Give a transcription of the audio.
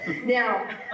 Now